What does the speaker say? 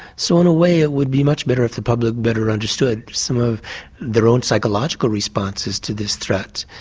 so in a way it would be much better if the public better understood some of their own psychological responses to this threat,